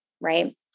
right